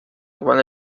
gewann